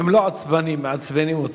הם לא עצבניים, מעצבנים אותם.